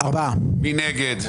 מי נגד?